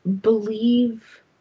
believe